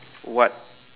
what